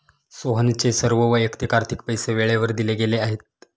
सोहनचे सर्व वैयक्तिक आर्थिक पैसे वेळेवर दिले गेले आहेत